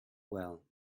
well